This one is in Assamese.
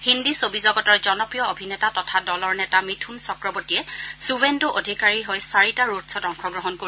হিন্দী ছবি জগতৰ জনপ্ৰিয় অভিনেতা তথা দলৰ নেতা মিথন চক্ৰৱৰ্তীয়ে শুভেন্দ্ অধিকাৰীৰ হৈ চাৰিটা ৰোডপ্ৰ'ত অংশগ্ৰহণ কৰিব